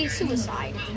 suicide